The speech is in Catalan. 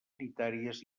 sanitàries